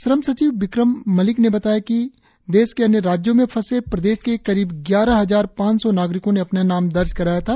श्रम सचिव विक्रम मलिक ने बताया कि देश के अन्य राज्यों में फंसे प्रदेश के करीब ग्यारह हजार पांच सौ नागरिकों ने अपना नाम दर्ज कराया था